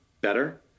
better